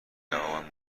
جوابم